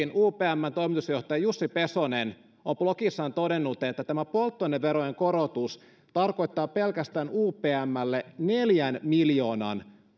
kuitenkin upmn toimitusjohtaja jussi pesonen on blogissaan todennut että tämä polttoaineverojen korotus tarkoittaa pelkästään upmlle neljän miljoonan